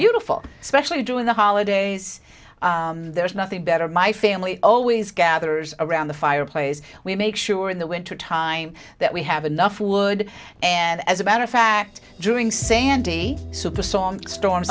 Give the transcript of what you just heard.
fall especially during the holidays there's nothing better my family always gathers around the fireplace we make sure in the wind the time that we have enough wood and as a matter of fact during sandy so if a song storms